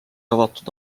avatud